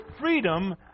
freedom